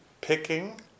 picking